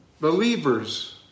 Believers